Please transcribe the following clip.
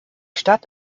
stadt